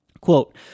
quote